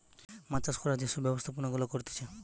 মাছ চাষ করার যে সব ব্যবস্থাপনা গুলা করতিছে